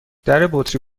دربطری